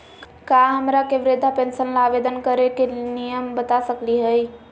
का हमरा के वृद्धा पेंसन ल आवेदन करे के नियम बता सकली हई?